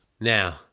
Now